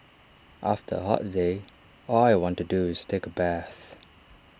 after A hot day all I want to do is take A bath